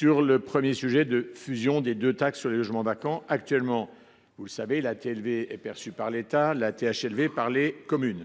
J’en viens, premièrement, à la fusion des deux taxes sur les logements vacants. Actuellement, vous le savez, la TLV est perçue par l’État et la THLV par les communes.